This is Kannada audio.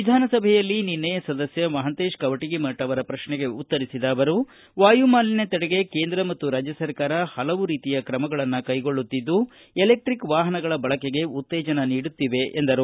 ವಿಧಾನಸಭೆಯಲ್ಲಿ ಸದಸ್ಯ ಮಹಾಂತೇಶ ಕವಟಗಿಮಠ ಅವರ ಪ್ರಶ್ನೆಗೆ ಉತ್ತರಿಸಿದ ಅವರು ವಾಯುಮಾಲಿನ್ಯ ತಡೆಗೆ ಕೇಂದ್ರ ಮತ್ತು ರಾಜ್ಯ ಸರ್ಕಾರ ಹಲವು ರೀತಿಯ ಕ್ರಮಗಳನ್ನು ಕೈಗೊಳ್ಳುತ್ತಿದ್ದು ಎಲೆಕ್ಟಿಕ್ ವಾಹನಗಳ ಬಳಕೆಗೆ ಉತ್ತೇಜನ ನೀಡುತ್ತಿವೆ ಎಂದರು